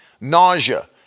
nausea